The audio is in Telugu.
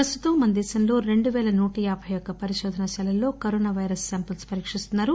ప్రస్తుతం మన దేశంలో రెండుపేల నూటయాభైఒక్క పరిశోధనాశాలల్లో కరోనా వైరస్ శాంఘల్స్ పరీకిస్తున్నారు